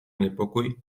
niepokój